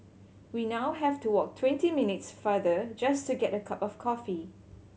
we now have to walk twenty minutes farther just to get a cup of coffee